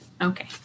Okay